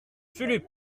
fulup